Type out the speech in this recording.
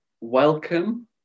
welcome